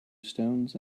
stones